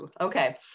Okay